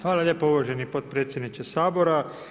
Hvala lijepo uvaženi potpredsjedniče Sabora.